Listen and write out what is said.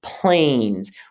Planes